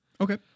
Okay